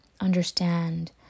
understand